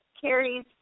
carries